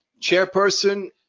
chairperson